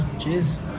Cheers